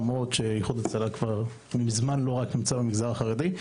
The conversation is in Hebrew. למרות שאיחוד הצלה כבר מזמן לא נמצא רק במגזר החרדי.